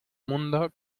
mundo